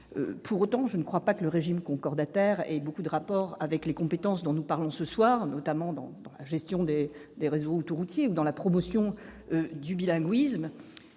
Pour autant, je ne crois pas que le régime concordataire ait beaucoup de rapport avec les compétences dont nous parlons ce soir, je pense notamment à la gestion des réseaux autoroutiers et à la promotion du bilinguisme